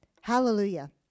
Hallelujah